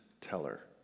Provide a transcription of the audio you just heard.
teller